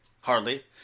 Hardly